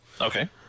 Okay